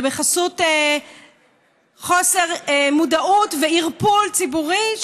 בחסות חוסר מודעות וערפול ציבורי,